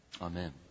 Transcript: Amen